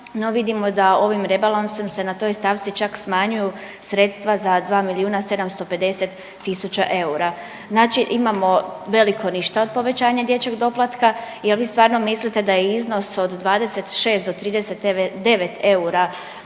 no vidimo da ovim rebalansom se na toj stavci čak smanjuju sredstva za 2 milijuna 750 tisuća eura, znači imamo veliko ništa od povećanja dječjeg doplatka. Jel vi stvarno mislite da je iznos od 26 do 39 eura